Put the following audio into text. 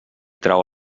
trau